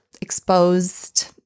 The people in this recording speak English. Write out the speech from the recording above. exposed